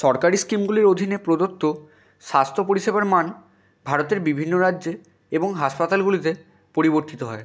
সরকারি স্কিমগুলির অধীনে প্রদত্ত স্বাস্থ্য পরিষেবার মান ভারতের বিভিন্ন রাজ্যে এবং হাসপাতালগুলিতে পরিবর্তিত হয়